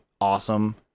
awesome